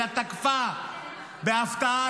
אלא תקפה בהפתעה,